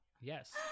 yes